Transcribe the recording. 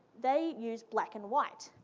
they use black and white.